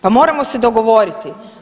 Pa moramo se dogovoriti.